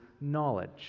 knowledge